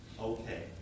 okay